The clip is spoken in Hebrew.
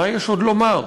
מה יש עוד לומר?